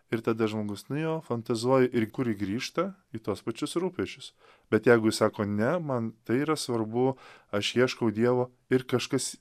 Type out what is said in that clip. ir tada žmogus nu jo fantazuoji ir kuri grįžta į tuos pačius rūpesčius bet jeigu sako ne man tai yra svarbu aš ieškau dievo ir kažkas